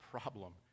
problem